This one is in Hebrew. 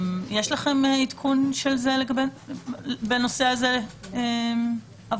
יש לכם עדכון בנושא הזה עבורנו?